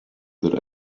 that